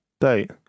date